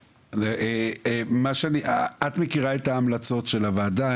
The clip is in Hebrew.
את מכירה את ההמלצות של הוועדה,